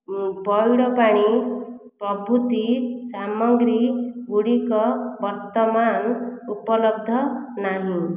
ପଇଡ଼ ପାଣି ପ୍ରଭୃତି ସାମଗ୍ରୀଗୁଡ଼ିକ ବର୍ତ୍ତମାନ ଉପଲବ୍ଧ ନାହିଁ